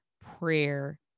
prayer